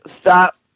stop